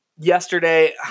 Yesterday